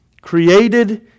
created